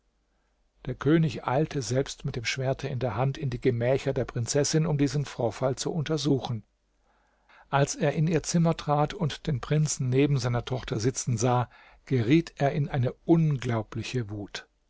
der könig eilte selbst mit dem schwerte in der hand in die gemächer der prinzessin um diesen vorfall zu untersuchen als er in ihr zimmer trat und den prinzen neben seiner tochter sitzen sah geriet er in eine unglaubliche wut